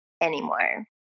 anymore